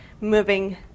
moving